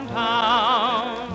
town